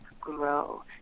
grow